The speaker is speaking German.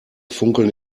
funkeln